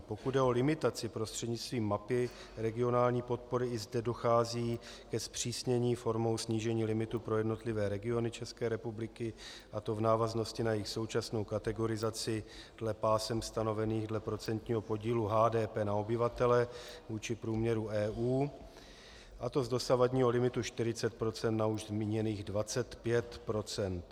Pokud jde o limitaci prostřednictvím mapy regionální podpory, i zde dochází ke zpřísnění formou snížení limitu pro jednotlivé regiony České republiky, a to v návaznosti na jejich současnou kategorizaci dle pásem stanovených dle procentního podílu HDP na obyvatele vůči průměru EU, a to z dosavadního limitu 40 % na už zmíněných 25 %.